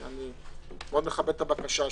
שאני מכבד מאוד את הבקשה לו,